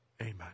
amen